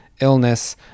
illness